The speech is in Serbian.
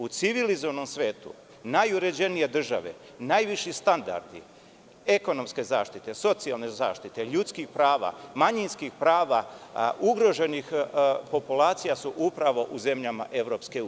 U civilizovanom svetu, najuređenije države, najviši standardi ekonomske zaštite, socijalne zaštite, ljudskih prava, manjinskih prava, ugroženih populacija su upravo u zemljama EU.